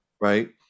right